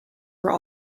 were